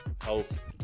Health